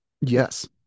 Yes